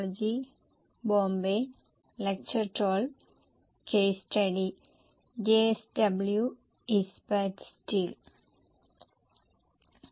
കഴിഞ്ഞ വർഷത്തെ വിവരങ്ങൾ നൽകുകയും പ്രൊജക്ഷനായി ലഭ്യമായ ഡാറ്റ ഉപയോഗിക്കുകയും ചെയ്യേണ്ടിവരുകയും ചെറിയ തീരുമാനം എടുക്കാൻ മാനേജ്മെന്റിനെ സഹായിക്കുകയും ചെയ്യേണ്ടി വരുന്ന സമാനമായ ഒരു കേസിലാണ് ഇന്ന് ഞങ്ങൾ തുടരാൻ പോകുന്നത്